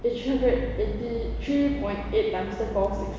eh three hundred and eighty three point eight times the power of